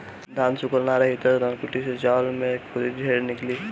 धान सूखल ना रही त धनकुट्टी से चावल में खुद्दी ढेर निकली